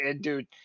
dude